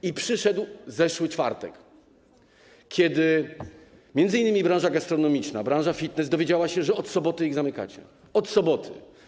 I przyszedł zeszły czwartek, kiedy m.in. branża gastronomiczna, branża fitness dowiedziały się, że od soboty ich zamykacie - od soboty.